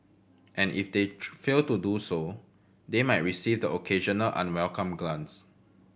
and if they fail to do so they might receive the occasional unwelcome glance